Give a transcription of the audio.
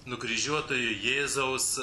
nukryžiuotojo jėzaus